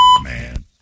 man